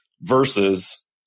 versus